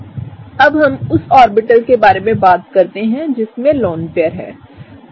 अब हम उस ऑर्बिटल के बारे में बात करते हैं जिसमें लोन पेयर है ठीक है